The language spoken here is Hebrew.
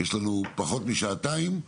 יש לנו פחות משעתיים,